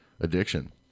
addiction